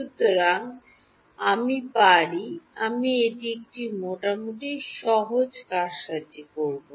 সুতরাং আমি পারি আমি এটি একটি মোটামুটি সহজ কারসাজি করব